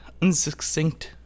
unsuccinct